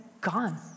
gone